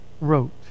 wrote